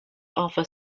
offer